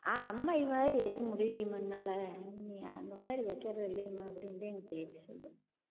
அம்மாயிமாதிரி வைக்க முடியிலம்மா என்னால் நீ அந்தமாதிரி வைக்கிறது இல்லையேம்மா அப்படின்தான் எங்கள் பேத்தி சொல்லும்